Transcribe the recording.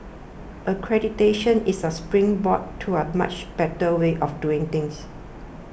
accreditation is a springboard to a much better way of doing things